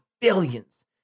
billions